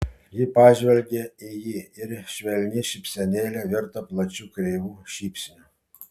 ji pažvelgė į jį ir švelni šypsenėlė virto plačiu kreivu šypsniu